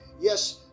yes